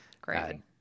Great